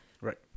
Right